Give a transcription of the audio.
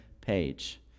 page